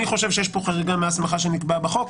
אני חושב שיש פה חריגה מההסמכה שנקבעה בחוק.